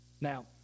Now